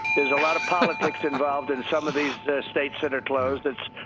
there's a lot of politics involved in some of these states that are closed.